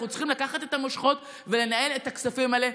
אנחנו צריכים לקחת את המושכות ולנהל את הכספים האלה.